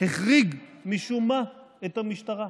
החריג משום מה את המשטרה,